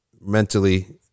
mentally